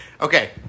Okay